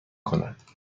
کند